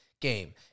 game